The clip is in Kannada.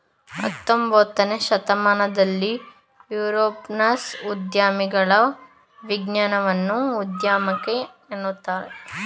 ಹತೊಂಬತ್ತನೇ ಶತಮಾನದಲ್ಲಿ ಯುರೋಪ್ನಲ್ಲಿ ಉದ್ಯಮಿಗಳ ವಿಜ್ಞಾನವನ್ನ ಉದ್ಯಮಕ್ಕೆ ಅನ್ವಯಿಸಲು ಹಣಕಾಸು ಒದಗಿಸಿದ್ದ್ರು